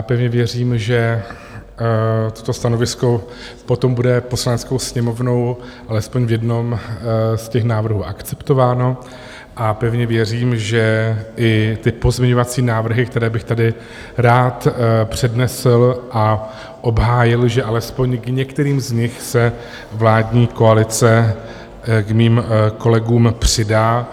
Pevně věřím, že toto stanovisko potom bude Poslaneckou sněmovnou alespoň v jednom z těch návrhů akceptováno, a pevně věřím, že i ty pozměňovací návrhy, které bych tady rád přednesl a obhájil, že alespoň k některým z nich se vládní koalice k mým kolegům přidá.